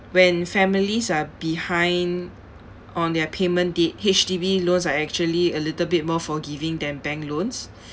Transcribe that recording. when families are behind on their payment date H_D_B loans are actually a little bit more forgiving than bank loans